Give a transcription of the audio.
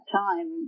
time